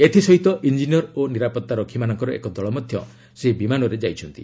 ଏଥିସହିତ ଇଞ୍ଜିନିୟର ଓ ନିରାପତ୍ତାରକ୍ଷିମାନଙ୍କର ଏକ ଦଳ ମଧ୍ୟ ସେହି ବିମାନରେ ଯାଇଛନ୍ତି